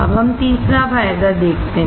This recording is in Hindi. अब हम तीसरा फायदा देखते हैं